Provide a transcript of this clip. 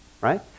right